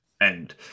end